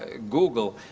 ah google,